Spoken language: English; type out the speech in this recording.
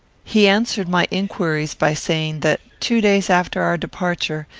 he answered my inquiries by saying, that, two days after our departure,